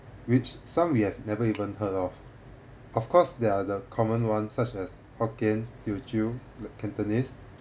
which some we have never even heard of of course there are the common one such as hokkien teochew cantonese